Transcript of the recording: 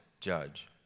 judge